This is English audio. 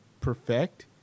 perfect